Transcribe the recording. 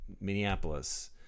minneapolis